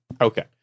Okay